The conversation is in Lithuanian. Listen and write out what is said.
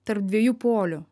tarp dviejų polių